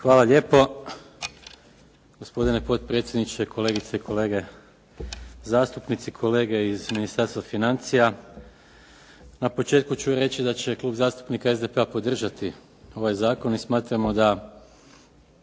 Hvala lijepo. Gospodine potpredsjedniče, kolegice i kolege zastupnici, kolege iz Ministarstva financija. Na početku ću reći da će Klub zastupnika SDP-a podržati ovaj zakon i smatramo da